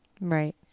Right